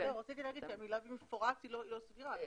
רציתי לומר שהמילה "במפורט" היא לא סגירה.